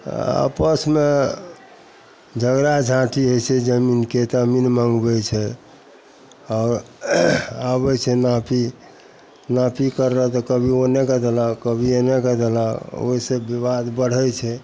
आपसमे झगड़ा झाँटी होइ छै जमीनके तऽ अमीन मँगबै छै आओर आबै छै नापी नापी करलक तऽ कभिओ ओन्ने कै देलक कभी एन्ने कै देलक ओहिसे विवाद बढ़ै छै